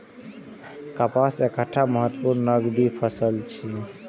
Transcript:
कपास एकटा महत्वपूर्ण नकदी फसल छियै